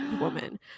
Woman